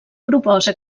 proposa